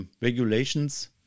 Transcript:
regulations